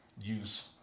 use